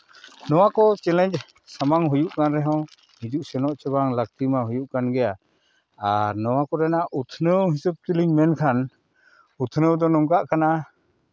ᱱᱚᱣᱟ ᱠᱚ ᱪᱮᱞᱮᱧᱡᱽ ᱥᱟᱢᱟᱝ ᱦᱩᱭᱩᱜ ᱠᱟᱱ ᱨᱮᱦᱚᱸ ᱦᱤᱡᱩᱜ ᱥᱮᱱᱚᱜ ᱥᱮ ᱵᱟᱝ ᱞᱟᱹᱠᱛᱤ ᱢᱟ ᱦᱩᱭᱩᱜ ᱠᱟᱱ ᱜᱮᱭᱟ ᱟᱨ ᱱᱚᱣᱟ ᱠᱚᱨᱮᱱᱟᱜ ᱩᱛᱱᱟᱹᱣ ᱦᱤᱥᱟᱹᱵ ᱛᱮᱞᱤᱧ ᱢᱮᱱ ᱠᱷᱟᱱ ᱩᱛᱱᱟᱹᱣ ᱫᱚ ᱱᱚᱝᱠᱟᱜ ᱠᱟᱱᱟ